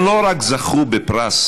הם לא רק זכו בפרס,